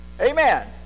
Amen